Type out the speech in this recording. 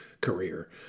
career